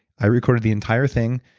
i recorded the entire thing.